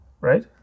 Right